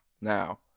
now